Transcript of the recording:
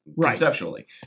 conceptually